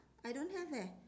I don't have eh